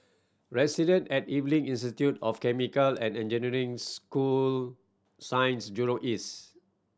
Residence at Evelyn Institute of Chemical and Engineering school Science Jurong East